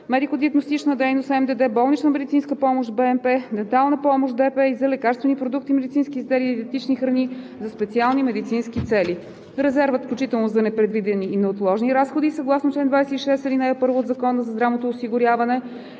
медико-диагностична дейност (МДД), болнична медицинска помощ (БМП), дентална помощ (ДП) и за лекарствени продукти, медицински изделия и диетични храни за специални медицински цели. Резервът, включително за непредвидени и неотложни разходи, съгласно чл. 26, ал. 1 от Закона за здравното осигуряване,